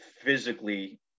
physically